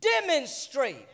demonstrate